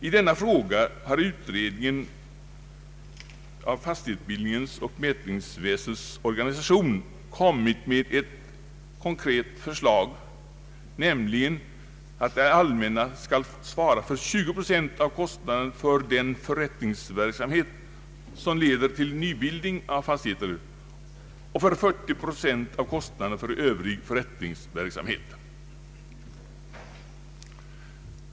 I denna fråga har utredningen av fastighetsbildningens och mätningsväsendets organisation kommit med ett konkret förslag, nämligen att det allmänna skall svara för 20 procent av kostnaderna för den förrättningsverksamhet som leder till nybildning av fastigheter och för 40 procent av kostnaderna för övrig förrättningsverksamhet.